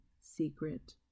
secret